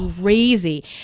crazy